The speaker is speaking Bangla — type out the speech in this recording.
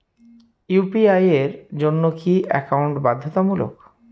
ইউ.পি.আই এর জন্য কি একাউন্ট বাধ্যতামূলক?